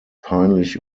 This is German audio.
peinlich